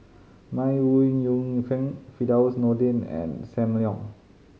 May Ooi Yu Fen Firdaus Nordin and Sam Leong